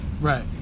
Right